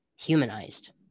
humanized